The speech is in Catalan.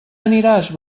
aniràs